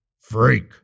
Freak